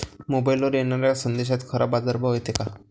मोबाईलवर येनाऱ्या संदेशात खरा बाजारभाव येते का?